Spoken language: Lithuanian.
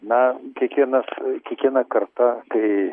na kiekvienas kiekvieną kartą kai